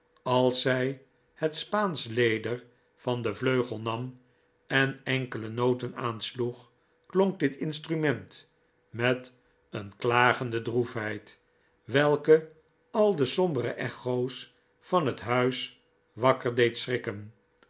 als zij het spaansch leder van den vleugel nam en enkele noten aansloeg klonk dit instrument met een klagende droefheid welke al de sombere echo's van het huis wakker deed schrikken